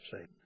say